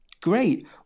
Great